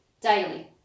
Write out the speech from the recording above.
daily